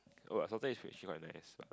oh the salted egg is actually quite nice lah